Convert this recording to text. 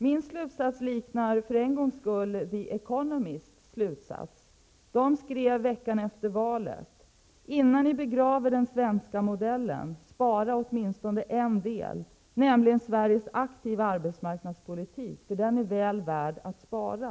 Min slutsats liknar för en gångs skulle den slutsats som dras av The Economist, som veckan efter valet skrev: ''Innan ni begraver den svenska modellen, spara åtminstone en del, nämligen Sveriges aktiva arbetsmarknadspolitik, för den är väl värd att spara.''